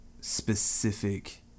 specific